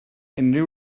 unrhyw